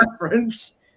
reference